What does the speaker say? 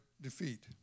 defeat